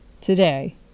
today